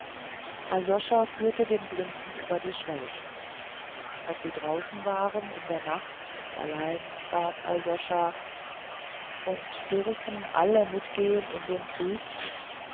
aljoscha führte den blinden über die schwelle als sie draußen waren in der nacht und allein bat aljoscha und dürfen alle mitgehen in den krieg